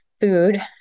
Food